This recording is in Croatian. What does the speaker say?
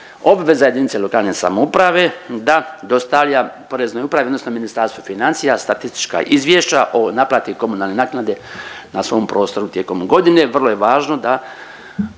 obveza jedinice lokalne samouprave da dostavlja Poreznoj upravi, odnosno Ministarstvu financija statička izvješća o naplati komunalne naknade na svom prostoru tijekom godine. Vrlo je važno da